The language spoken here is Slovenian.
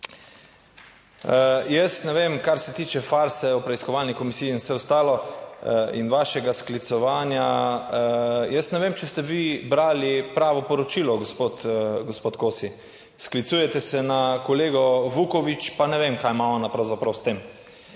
Jaz ne vem, kar se tiče farse o preiskovalni komisiji in vse ostalo in vašega sklicevanja, jaz ne vem, če ste vi brali pravo poročilo, gospod, gospod Kosi. Vklicujete se na kolego Vukovič, pa ne vem, kaj ima ona pravzaprav